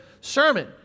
sermon